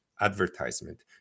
advertisement